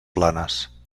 planes